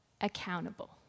accountable